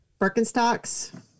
Birkenstocks